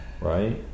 right